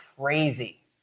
crazy